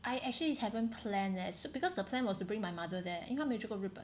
I actually haven't plan eh because the plan was to bring my mother there 因为他没有去过日本